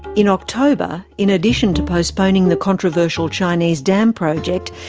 in october, in addition to postponing the controversial chinese dam project,